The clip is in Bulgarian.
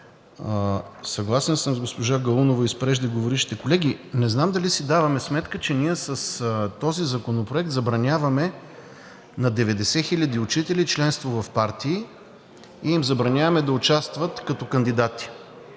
Съгласен съм с госпожа Галунова и с преждеговорившите. Колеги, не знам дали си даваме сметка, че ние с този законопроект забраняваме на 90 хиляди учители членство в партии и им забраняваме да участват като кандидати